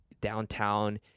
downtown